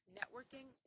networking